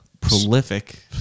prolific